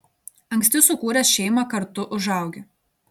anksti sukūręs šeimą kartu užaugi